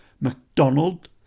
MacDonald